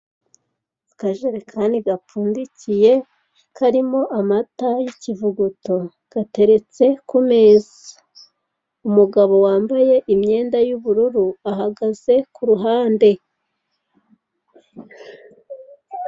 Akajerenani gapfundikiye karimo amata y'ikivuguto, gateretse ku meza. Umugabo wambaye imyenda y'ubururu ahagaze ku ruhande.